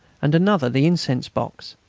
and another the incense-box.